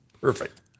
Perfect